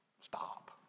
stop